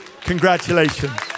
Congratulations